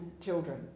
children